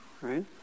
right